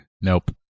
Nope